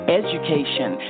education